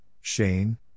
Shane